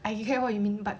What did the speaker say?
I get what you mean but